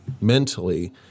mentally